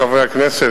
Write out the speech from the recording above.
חברי הכנסת,